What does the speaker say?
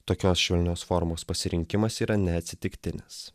tokios švelnios formos pasirinkimas yra neatsitiktinis